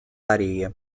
areia